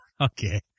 okay